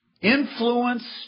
influence